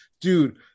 dude